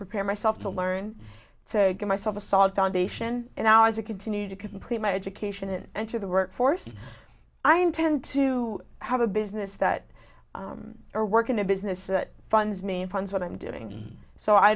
prepare myself to learn to give myself a solid foundation in hours to continue to complete my education and enter the workforce i intend to have a business that or work in a business that funds me funds what i'm doing so i